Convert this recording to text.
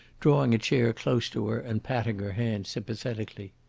drawing a chair close to her and patting her hand sympathetically.